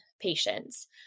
patients